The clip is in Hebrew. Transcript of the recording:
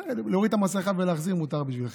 להוריד את המסכה ולהחזיר מותר בשביל חיוך.